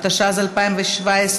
התשע"ז 2017,